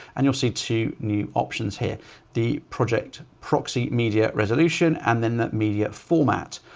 and you'll see two new options here the project proxy media resolution and then that media format,